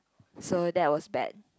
so that was bad